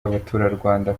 abaturarwanda